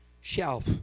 shelf